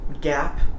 gap